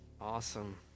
awesome